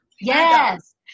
Yes